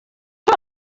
peu